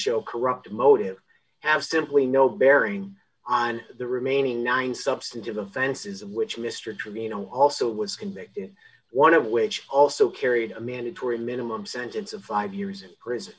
show corrupt motive have simply no bearing on the remaining nine substantive offenses which mr trevino also was convicted in one of which also carried a mandatory minimum sentence of five years in prison